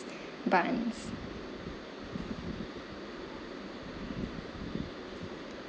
buns